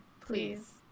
please